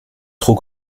trop